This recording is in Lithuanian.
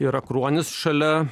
yra kruonis šalia